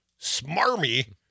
smarmy